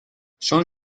son